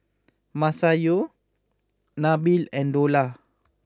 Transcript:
Masayu Nabil and Dollah